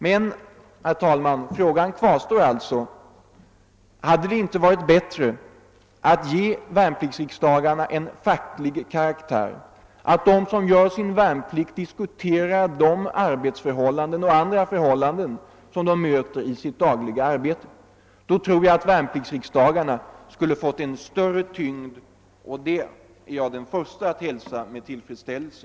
Men problemet kvarstår, om det inte hade varit bättre att ge värnpliktsriksdagarna en facklig karaktär, alltså att de som fullgör sin värnplikt diskuterar de arbetsoch andra förhållanden som de möter i sin dagliga tjänst. Då tror jag att värnpliktsriksdagarna skulle ha fått en större tyngd, vilket jag i så fall vore den första att hälsa med tillfredsställelse.